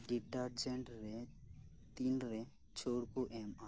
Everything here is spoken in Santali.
ᱰᱤᱴᱟᱨᱡᱮᱱᱴ ᱨᱮ ᱛᱤᱱᱨᱮ ᱪᱷᱟᱹᱲ ᱠᱩ ᱮᱢᱚᱜ ᱟ